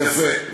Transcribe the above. יפה.